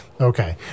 Okay